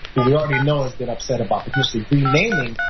we already know that upset about potentially renaming,